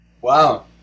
Wow